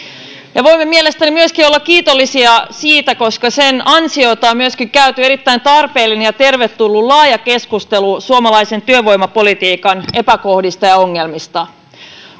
ja voimme mielestäni myöskin olla kiitollisia siitä koska sen ansiosta on myöskin käyty erittäin tarpeellinen ja tervetullut laaja keskustelu suomalaisen työvoimapolitiikan epäkohdista ja ongelmista